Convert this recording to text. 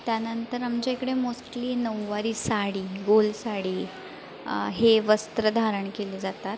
त्यानंतर आमच्या इकडे मोस्टली नऊवारी साडी गोल साडी हे वस्त्र धारण केले जातात